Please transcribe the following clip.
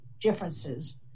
differences